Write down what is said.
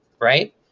right